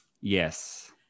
yes